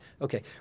Okay